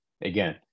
Again